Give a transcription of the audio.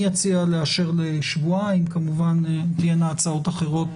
אני אציע לאשר לשבועיים וכמובן אם תהיינה הצעות אחרות,